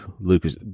Lucas